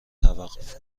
توقف